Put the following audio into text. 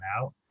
out